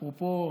אפרופו